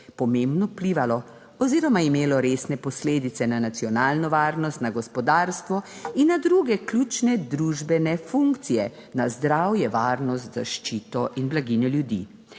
pomembno vplivalo oziroma imelo resne posledice na nacionalno varnost, na gospodarstvo in na druge ključne družbene funkcije, na zdravje, varnost, zaščito in blaginjo ljudi.